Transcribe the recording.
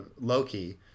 Loki